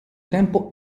tempo